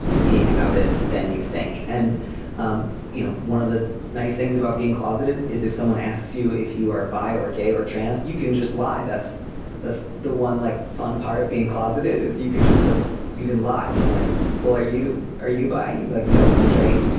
being outed than you think and um you know one of the nice things about being closeted is if someone asks you if you are bi or gay or trans you can just lie. that's that's the one like fun part of being closeted is you can just like you can lie when they like or you are you buying you like nope straight